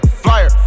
flyer